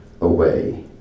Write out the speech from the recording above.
away